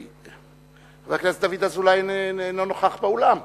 חבר הכנסת דוד אזולאי אינו נוכח באולם,